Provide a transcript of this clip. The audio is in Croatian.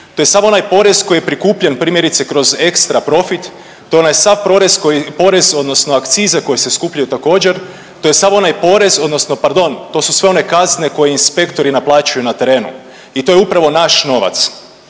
to je sav onaj porez koji je prikupljen primjerice kroz ekstra profit, to je onaj sav porez odnosno akcize koje se skupljaju također, to je sav onaj porez odnosno pardon to su sve one kazne koje inspektori naplaćuju na terenu i to je upravo naš novac.